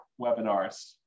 webinars